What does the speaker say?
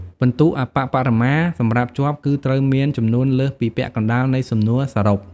ពិន្ទុអប្បបរមាសម្រាប់ជាប់គឺត្រូវមានចំនួនលើសពីពាក់កណ្ដាលនៃសំណួរសរុប។